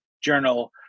journal